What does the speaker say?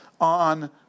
on